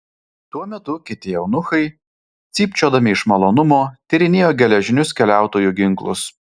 tuo metu kiti eunuchai cypčiodami iš malonumo tyrinėjo geležinius keliautojų ginklus